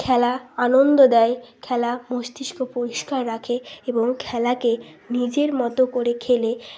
খেলা আনন্দ দেয় খেলা মস্তিষ্ক পরিষ্কার রাখে এবং খেলাকে নিজের মতো করে খেলে